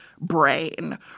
brain